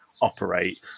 operate